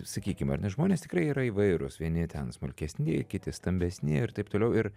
sakykim ar ne žmonės tikrai yra įvairūs vieni ten smulkesni kiti stambesni ir taip toliau ir